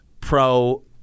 pro